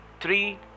three